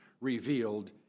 revealed